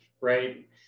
right